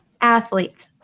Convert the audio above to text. athletes